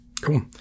Cool